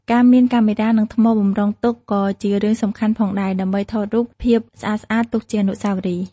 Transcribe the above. ការមាន កាមេរ៉ា និងថ្មបម្រុងទុកក៏ជារឿងសំខាន់ផងដែរដើម្បីថតរូបភាពស្អាតៗទុកជាអនុស្សាវរីយ៍។